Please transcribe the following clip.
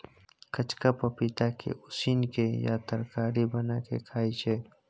कचका पपीता के उसिन केँ या तरकारी बना केँ खाइ छै